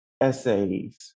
essays